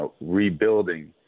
rebuilding